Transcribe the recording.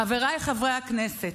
חבריי חברי הכנסת,